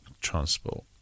transport